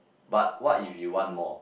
but what if you want more